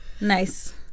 Nice